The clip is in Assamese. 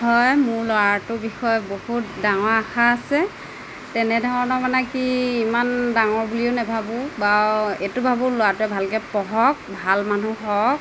হয় মোৰ ল'ৰাটোৰ বিষয়ে বহুত ডাঙৰ আশা আছে তেনেধৰণৰ মানে কি ইমান ডাঙৰ বুলিও নাভাবোঁ বাৰু এইটো ভাবোঁ ল'ৰটোৱে ভালকৈ পঢ়ক ভাল মানুহ হওক